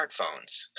smartphones